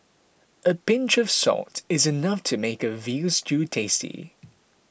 a pinch of salt is enough to make a Veal Stew tasty